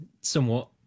Somewhat